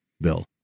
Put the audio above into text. Bill